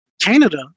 Canada